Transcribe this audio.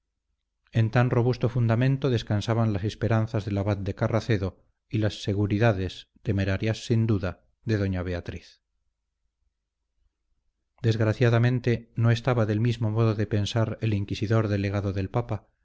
en tan robusto fundamento descansaban las esperanzas del abad de carracedo y las seguridades temerarias sin duda de doña beatriz desgraciadamente no estaba del mismo modo de pensar el inquisidor delegado del papa